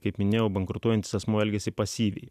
kaip minėjau bankrutuojantis asmuo elgiasi pasyviai